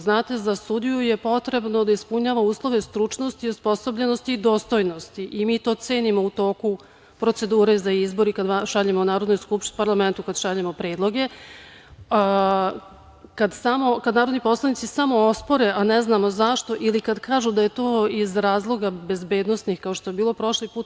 Znate za sudiju je potrebno da ispunjava uslove stručnosti, osposobljenosti i dostojnosti i mi to cenimo u toku procedure za izbore kada šaljemo parlamentu predloge, kada narodni poslanici samo ospore, a ne znamo zašto i kada kažu da je to iz razloga bezbednosnih, kao što je bilo prošli put.